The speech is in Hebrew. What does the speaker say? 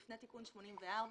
לפני תיקון 84,